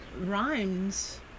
rhymes